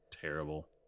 Terrible